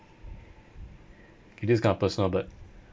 it is kind of personal but